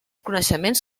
coneixements